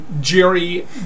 Jerry